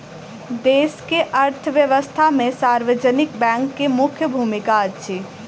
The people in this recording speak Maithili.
देश के अर्थव्यवस्था में सार्वजनिक बैंक के मुख्य भूमिका अछि